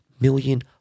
million